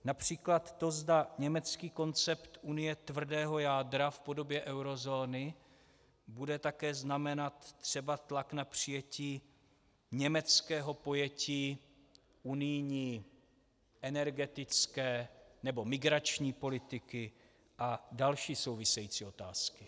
Například to, zda německý koncept Unie tvrdého jádra v podobě eurozóny bude také znamenat třeba tlak na přijetí německého pojetí unijní, energetické, nebo migrační politiky a další související otázky.